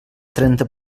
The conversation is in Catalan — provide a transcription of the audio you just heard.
trenta